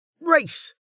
race